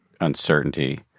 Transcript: uncertainty